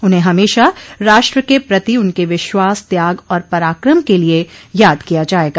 उन्हें हमेशा राष्ट्र के प्रति उनके विश्वास त्याग और पराक्रम के लिये याद किया जायेगा